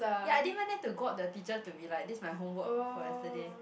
ya I didn't even dare to got the teacher to be like this my homework for yesterday